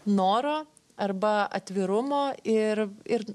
noro arba atvirumo ir ir